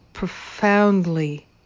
profoundly